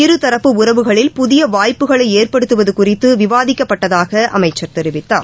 இருதரப்பு உறவுகளில் புதியவாய்ப்புகளைஏற்படுத்துவதுகுறித்துவிவாதிக்கப்பட்டதாகஅமைச்சர் தெரிவித்தார்